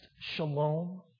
shalom